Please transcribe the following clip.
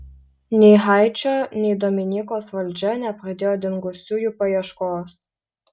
nei haičio nei dominikos valdžia nepradėjo dingusiųjų paieškos